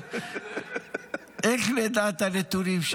איך נדע את הנתונים,